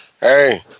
Hey